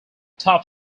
top